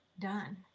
done